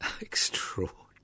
Extraordinary